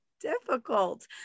difficult